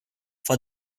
for